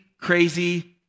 crazy